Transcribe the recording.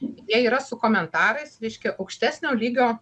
jie yra su komentarais reiškia aukštesnio lygio